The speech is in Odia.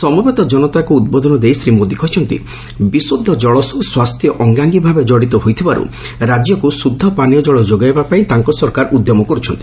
ସମବେତ କନତାଙ୍କ ଉଦ୍ବୋଧନ ଦେଇ ଶ୍ରୀ ମୋଦି କହିଛନ୍ତି ବିଶୁଦ୍ଧ କଳ ସହ ସ୍ୱାସ୍ଥ୍ୟ ଅଙ୍ଗାଙ୍ଗୀଭାବେ କଡ଼ିତ ହୋଇଥିବାରୁ ରାଜ୍ୟକୁ ଶୁଦ୍ଧ ପାନୀୟ ଜଳ ଯୋଗାଇବାପାଇଁ ତାଙ୍କ ସରକାର ଉଦ୍ୟମ କର୍ରଛନ୍ତି